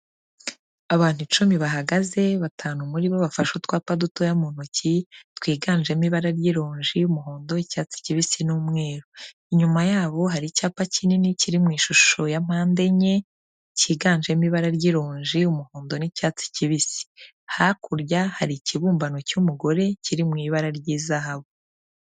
Abantu icumi bahagaze, batanu muri bo bafashe utwapa dutoya mu ntoki, twiganjemo ibara ry'ironji, umuhondo, icyatsi kibisi n'umweru. Inyuma yabo hari icyapa kinini, kiri mu ishusho ya mpande enye, cyiganjemo ibara ry'irunji, umuhondo n'icyatsi kibisi, Hakurya hari ikibumbano cy'umugore, kiri mu ibara ry'izahabu.